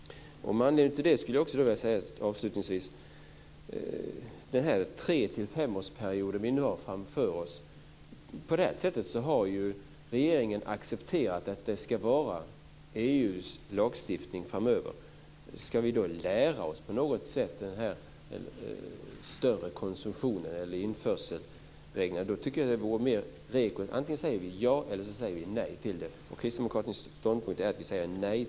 Under den 3-5-årsperiod som vi nu har framför oss har regeringen accepterat att EU:s lagstiftning ska gälla. Men vi borde antingen säga ja eller nej till den, och kristdemokraternas ståndpunkt är att vi säger nej.